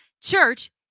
Church